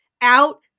out